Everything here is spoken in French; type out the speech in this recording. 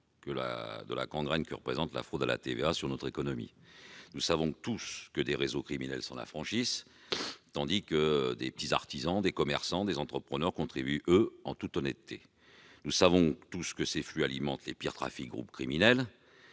de la gangrène que représente la fraude à la TVA pour notre économie. Nous savons tous que des réseaux criminels s'affranchissent de cette taxe, alors que les petits artisans, les commerçants, les entrepreneurs contribuent, eux, en toute honnêteté ; nous savons tous que ces flux alimentent les pires trafics de groupes criminels,